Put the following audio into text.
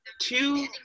two